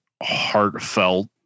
heartfelt